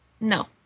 No